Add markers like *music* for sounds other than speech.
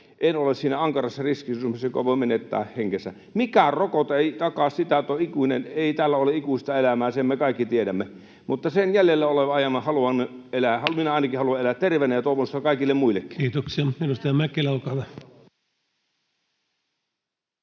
en ole siinä ankarassa riskiryhmässä, joka voi menettää henkensä. Mikään rokote ei takaa sitä, että on ikuinen. Ei täällä ole ikuista elämää, ja sen me kaikki tiedämme, *noise* mutta sen jäljellä olevan ajan minä ainakin haluan elää terveenä, ja toivon sitä kaikille muillekin. [Speech 78] Speaker: Ensimmäinen